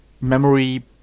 memory